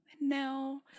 No